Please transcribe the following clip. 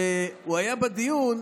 כשהוא היה בדיון,